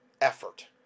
effort